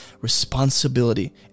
responsibility